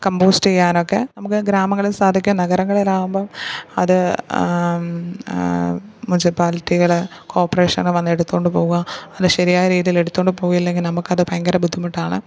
compost ചെയ്യാനൊക്കെ നമുക്ക് ഗ്രാമങ്ങളില് സാധിക്കും നഗരങ്ങളിലാകുമ്പം അത് മുന്സിപ്പാലിറ്റിയുടെ കോപ്പ്രേഷനും വന്നെടുത്തോണ്ട് പോകാ അത് ശരിയായ രീതീലെടുത്തോണ്ട് പോയില്ലെങ്കില് നമ്മക്കത് ഭയങ്കര ബുദ്ധിമുട്ടാണ്